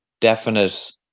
definite